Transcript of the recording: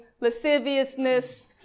lasciviousness